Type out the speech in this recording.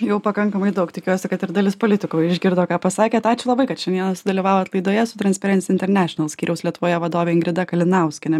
jau pakankamai daug tikiuosi kad ir dalis politikų išgirdo ką pasakėt ačiū labai kad šiandieną sudalyvavo laidoje su transperens internešinal skyriaus lietuvoje vadove ingrida kalinauskiene